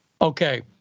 Okay